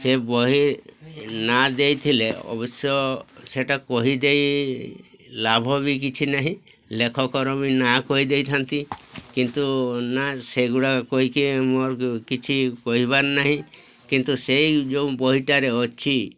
ସେ ବହି ନା ଦେଇଥିଲେ ଅବଶ୍ୟ ସେଇଟା କହି ଦେଇ ଲାଭ ବି କିଛି ନାହିଁ ଲେଖକର ବି ନା କହିଦେଇଥାନ୍ତି କିନ୍ତୁ ନା ସେଗୁଡ଼ାକ କହିକି ମୋର କିଛି କହିବାର ନାହିଁ କିନ୍ତୁ ସେଇ ଯେଉଁ ବହିଟାରେ ଅଛି